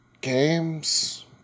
games